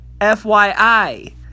FYI